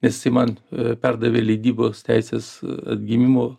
nes jisai man a perdavė leidybos teises a atgimimo